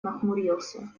нахмурился